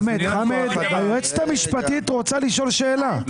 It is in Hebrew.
חמד, היועצת המשפטית רוצה לשאול שאלה,